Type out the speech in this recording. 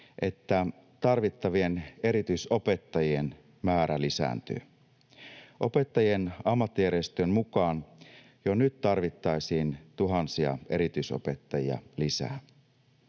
että tarvittavien erityisopettajien määrä lisääntyy. Opettajien ammattijärjestön mukaan jo nyt tarvittaisiin tuhansia erityisopettajia lisää.